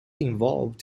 involved